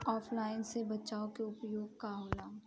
ऑफलाइनसे बचाव के उपाय का होला?